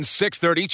6:30